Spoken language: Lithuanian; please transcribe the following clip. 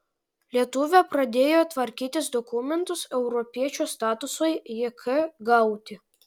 lietuvė pradėjo tvarkytis dokumentus europiečio statusui jk gauti